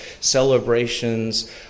celebrations